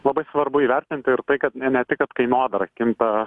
labai svarbu įvertinti ir tai kad ne tik kad kainodara kinta